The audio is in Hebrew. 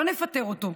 לא נפטר אותו.